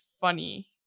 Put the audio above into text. funny